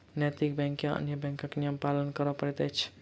नैतिक बैंक के अन्य बैंकक नियम पालन करय पड़ैत अछि